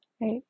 right